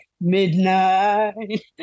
midnight